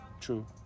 True